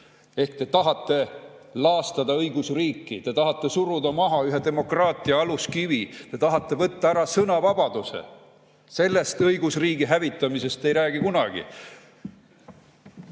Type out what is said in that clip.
suu. Te tahate laastada õigusriiki, te tahate suruda maha ühe demokraatia aluskivi, te tahate võtta ära sõnavabaduse. Sellest õigusriigi hävitamisest te ei räägi kunagi.